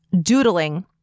doodling